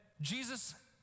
Jesus